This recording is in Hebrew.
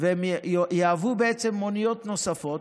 והם יהוו בעצם מוניות נוספות.